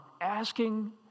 asking